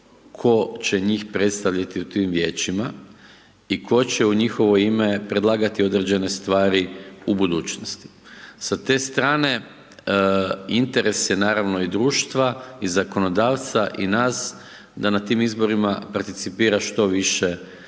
tko će njih predstaviti u tim vijećima i tko će u njihovo ime predlagati određene stvari u budućnosti. Sa te strane interes je naravno i društva i zakonodavca i nas da na tim izborima participira što više članica